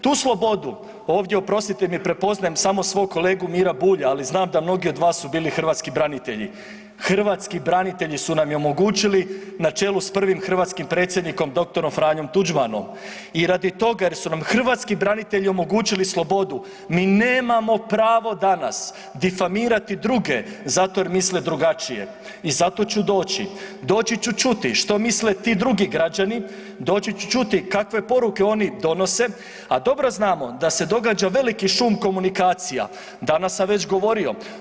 Tu slobodu, ovdje oprostite mi, prepoznajem samo svog kolegu Miru Bulja ali znam da mnogi od vas su bili hrvatski branitelji, hrvatski branitelji su nam i omogućili na čelu sa prvim hrvatskim predsjednikom dr. F. Tuđmanom i radi toga jer su nam hrvatski branitelji omogućili slobodu, mi nemamo pravo danas difamirati druge zato jer misle drugačije i zato ću doći, doći ću čuti što misle ti drugi građani, doći ću čuti kakve poruke oni donose, a dobro znamo da se događa veliki šum komunikacija, danas sam već govorio.